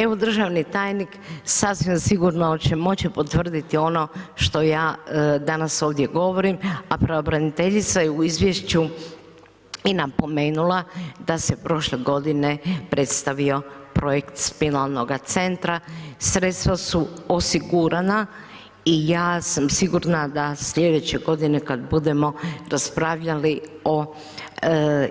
Evo, državni tajnik, sasvim sigurno će moći potvrditi ono što ja danas ovdje govorim, a pravobraniteljica je u izvješću i napomenula, da se prošle godine predstavio projekt spinalnoga centra, sredstva su osigurana i ja sam sigurna, da sljedeće godine, kada budemo raspravljali, o